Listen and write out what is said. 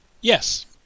Yes